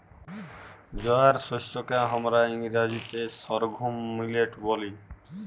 জয়ার শস্যকে হামরা ইংরাজিতে সর্ঘুম মিলেট ব্যলি